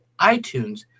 iTunes